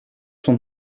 son